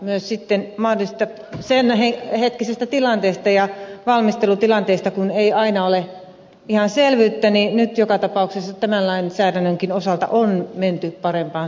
myös kun senhetkisistä mahdollisista valmistelutilanteista ei aina ole ihan selvyyttä niin nyt joka tapauksessa tämän lainsäädännönkin osalta on menty parempaan suuntaan